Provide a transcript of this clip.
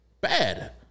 bad